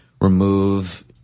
remove